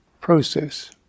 process